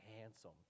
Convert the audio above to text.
handsome